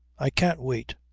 i can't wait.